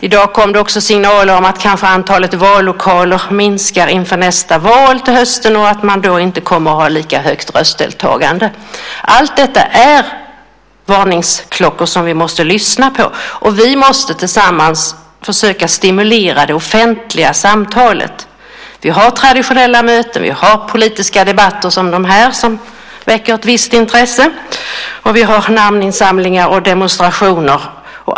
I dag kom det signaler om att antalet vallokaler kanske minskar inför höstens val och att man då inte kommer att ha lika högt valdeltagande. Allt detta är varningsklockor som vi måste lyssna på. Vi måste tillsammans försöka stimulera det offentliga samtalet. Vi har traditionella möten. Vi har politiska debatter, som de här som väcker visst intresse. Vi har namninsamlingar och demonstrationer.